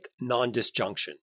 non-disjunction